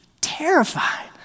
Terrified